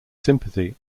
sympathy